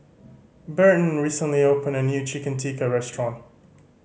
Burton recently opened a new Chicken Tikka restaurant